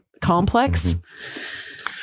Complex